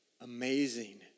amazing